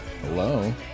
Hello